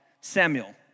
Samuel